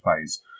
phase